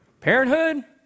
Parenthood